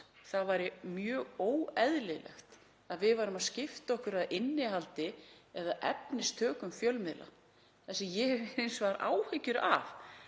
Það væri mjög óeðlilegt að við værum að skipta okkur af innihaldi eða efnistökum fjölmiðla. Það sem ég hef hins vegar áhyggjur af